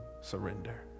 surrender